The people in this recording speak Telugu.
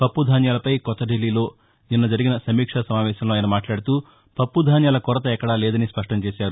పప్పు ధాన్యాలపై కొత్త దిల్లీలో నిన్న జరిగిన సమీక్ష సమావేశంలో ఆయన మాట్లాడుతూ పప్పు ధాన్యాల కొరత ఎక్కడా లేదని స్పష్టం చేశారు